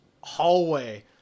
hallway